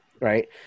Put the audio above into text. Right